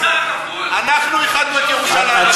אנחנו איחדנו את ירושלים.